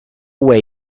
way